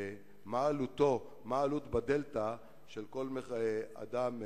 מה העלות בדלתא של כל אדם,